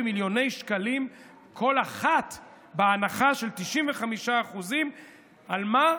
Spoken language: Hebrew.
מיליוני שקלים כל אחת בהנחה של 95%. על מה?